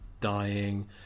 dying